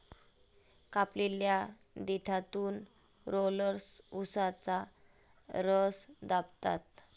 कापलेल्या देठातून रोलर्स उसाचा रस दाबतात